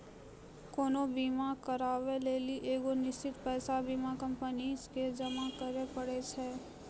कोनो बीमा कराबै लेली एगो निश्चित पैसा बीमा कंपनी के जमा करै पड़ै छै